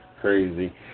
crazy